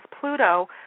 Pluto